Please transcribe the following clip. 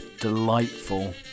delightful